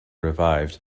revived